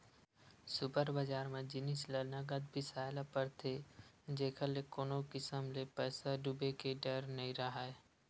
super बजार म जिनिस ल नगद बिसाए ल परथे जेखर ले कोनो किसम ले पइसा डूबे के डर नइ राहय